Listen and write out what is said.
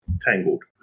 tangled